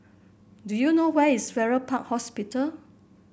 do you know where is Farrer Park Hospital